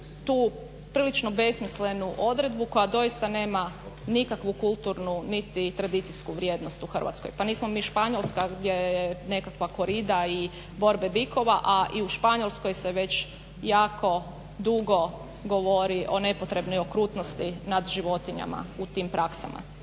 tu prilično besmislenu odredbu koja doista nema nikakvu kulturnu niti tradicijsku vrijednost u Hrvatskoj. Pa nismo mi Španjolska gdje je nekakva korida i borbe bikova, a i u Španjolskoj se već jako dugo govori o nepotrebnoj okrutnosti nad životinjama u tim praksama.